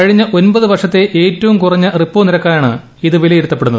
കഴിഞ്ഞ ഒൻപത് വർഷത്തെ ഏറ്റവും കുറഞ്ഞ റിപ്പോ നിരക്കായാണ് ഇത് വിലയിരുത്തപ്പെടുന്നത്